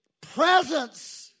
presence